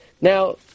Now